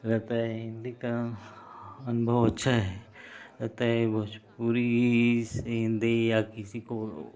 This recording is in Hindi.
होता है हिंदी का अनुभव अच्छा है होता है भोजपुरी से हिंदी किसी को